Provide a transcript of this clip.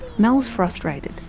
mel is frustrated.